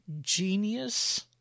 genius